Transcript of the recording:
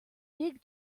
fig